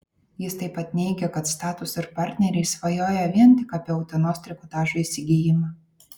jis taip pat neigė kad status ir partneriai svajoja vien tik apie utenos trikotažo įsigijimą